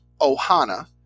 Ohana